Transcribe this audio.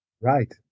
Right